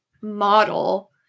model